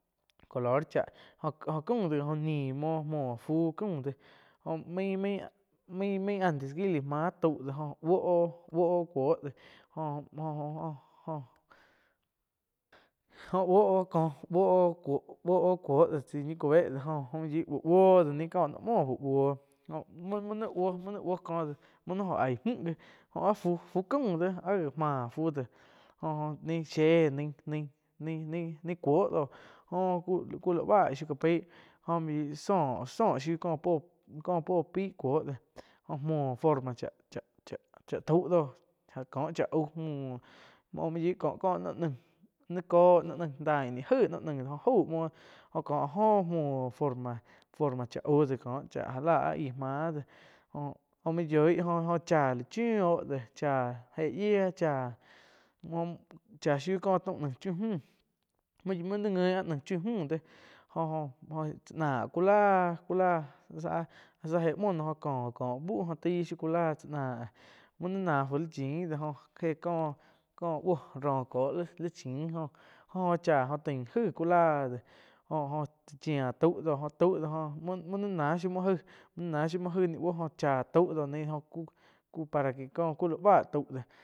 Color cháh jo-jo caum do ji nim muoh fu caum de, jo main-main-main antes gi lá máh tau do jo buoh óh. Buoh óh cuo do jo-jo-jo, buoh oh ko buoh cuo do ñi cube dho jo mian yoih do buoh oh ni co noh muoh uh buoh muoh-muoh ni buoh ko déh muo jo mju gí oh áh fu-fu caum dhé áh gá máh fu déh jo-jo nain shie nai-nain-nain cuoh doh jo cu la bá shiuh ca pai jo main yoih sóh-sóhh shiu ca pai kó puo pai cuoh dé go muoh forma chah-chah tau dóh kóh chá aauh muoh mu yoig kó có noh naig ni cóh noh naig taih ni aig no naih¿g jo jaúh muoh, oh kó áh jo muoh forma-forma cháh au do kóh chá já la áh gíe mah déh jo main yoih joh-joh cha la chiuh oh de cháh éh yíah, cháh shiu có taum naíh muh muoh nain guin áh naíh chiuh muh jo-jo tsá ná cu lá-cu lá záh-záh éh muoh noh có, kó búh laig shiu ku láh tsá náh muh ni náh fu líh chin do góh éh có. có buoh róh cóh li chin jóh, oh háh jo tain jaig ku la de jo-jo tau de joh muni náh shiu müh aig ni buoh jóh cháh tau do naih cu-cu para que có la bá tau déh.